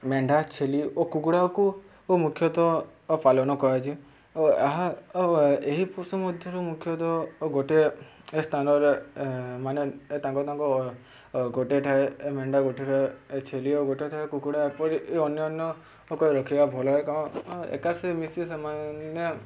ମେଣ୍ଢା ଛେଳି ଓ କୁକୁଡ଼ାକୁ ମୁଖ୍ୟତଃ ପାଳନ କରାଯାଉଛି ଓ ଏହା ଏହି ପଶୁ ମଧ୍ୟରୁ ମୁଖ୍ୟତଃ ଓ ଗୋଟେ ସ୍ଥାନରେ ମାନେ ତାଙ୍କ ତାଙ୍କ ଗୋଟେ ଥାଏ ଏ ମେଣ୍ଢା ଗୋଟେ ଛେଳି ଓ ଗୋଟେ ଥାଏ କୁକୁଡ଼ା ଏପରି ଅନ୍ୟାନ୍ୟ କ ରଖିବା ଭଲ କ'ଣ ଏକାସାଙ୍ଗେ ମିଶି ସେମାନେ